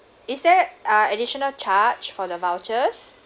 is there uh additional charge for the vouchers